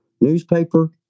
newspaper